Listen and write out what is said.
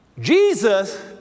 Jesus